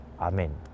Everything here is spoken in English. Amen